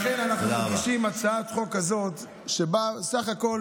לכן אנחנו מגישים הצעת חוק כזאת שבאה בסך הכול